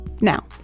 Now